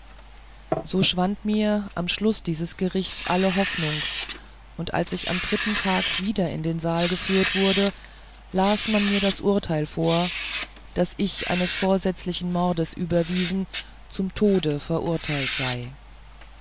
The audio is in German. so schwand mir am schlusse dieses gerichts alle hoffnung und als ich am dritten tag wieder in den saal geführt wurde las man mir das urteil vor daß ich eines vorsätzlichen mordes überwiesen zum tode verurteilt sei